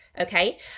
Okay